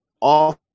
off